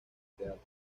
teatro